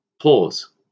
Pause